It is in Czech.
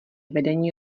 vedení